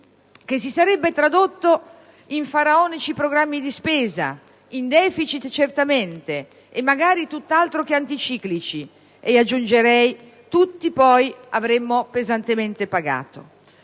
che si sarebbe tradotto in faraonici programmi di spesa, in deficit certamente, magari tutt'altro che anticiclici e - aggiungerei - che tutti poi avremmo pesantemente pagato.